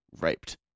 raped